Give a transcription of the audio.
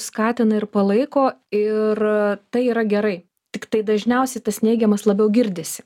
skatina ir palaiko ir tai yra gerai tiktai dažniausiai tas neigiamas labiau girdisi